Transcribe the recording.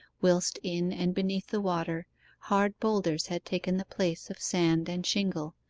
whilst in and beneath the water hard boulders had taken the place of sand and shingle,